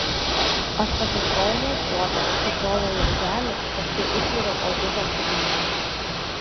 aš pasiskolinau puodą sukroviau lauželį paskui išviriau ožiuką su ryžiais